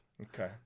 Okay